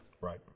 Right